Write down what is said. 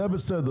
זה בסדר.